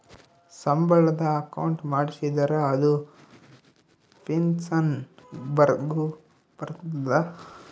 ಸಂಬಳದ ಅಕೌಂಟ್ ಮಾಡಿಸಿದರ ಅದು ಪೆನ್ಸನ್ ಗು ಬರ್ತದ